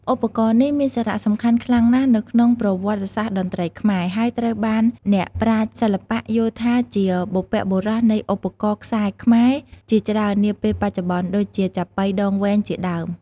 ឧបករណ៍នេះមានសារៈសំខាន់ខ្លាំងណាស់នៅក្នុងប្រវត្តិសាស្រ្តតន្ត្រីខ្មែរ ហើយត្រូវបានអ្នកប្រាជ្ញសិល្បៈយល់ថាជាបុព្វបុរសនៃឧបករណ៍ខ្សែខ្មែរជាច្រើននាពេលបច្ចុប្បន្ន ដូចជាចាប៉ីដងវែងជាដើម។